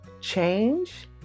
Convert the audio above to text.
change